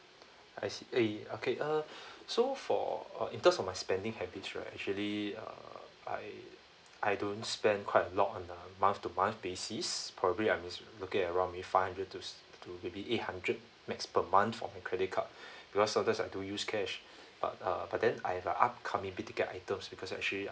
I see eh okay uh so for or in terms of my spending habits right actually uh I I don't spend quite a lot on a month to month basis probably I means looking around with five hundreds to to maybe eight hundred max per month for my credit card because seldom I do use cash but uh but then I have a upcoming big ticket items because actually I'm